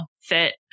fit